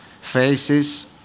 faces